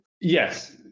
yes